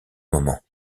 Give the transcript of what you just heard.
moment